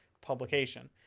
publication